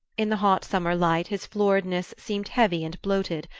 in the hot summer light his floridness seemed heavy and bloated,